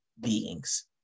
beings